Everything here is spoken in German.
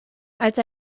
als